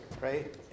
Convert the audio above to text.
right